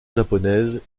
japonaise